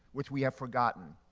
which we have forgotten.